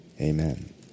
Amen